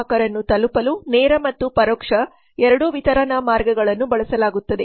ಗ್ರಾಹಕರನ್ನು ತಲುಪಲು ನೇರ ಮತ್ತು ಪರೋಕ್ಷ ಎರಡೂ ವಿತರಣಾ ಮಾರ್ಗಗಳನ್ನು ಬಳಸಲಾಗುತ್ತದೆ